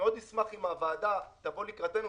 מאוד אשמח שהוועדה תבוא לקראתנו,